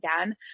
again